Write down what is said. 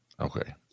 Okay